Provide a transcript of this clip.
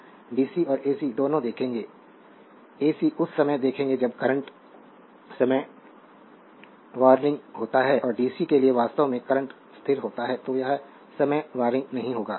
हम डीसी और एसी दोनों देखेंगे एसी उस समय देखेंगे जब करंट समय वररिंग होता है और डीसी के लिए वास्तव में करंट स्थिर होता है तो यह समय वररिंग नहीं होगा